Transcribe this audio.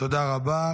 תודה רבה.